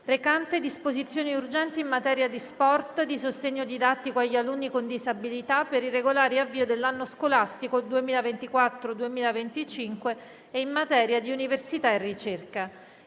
recante disposizioni urgenti in materia di sport, di sostegno didattico agli alunni con disabilità, per il regolare avvio dell'anno scolastico 2024/2025 e in materia di università e ricerca"